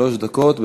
שלוש דקות.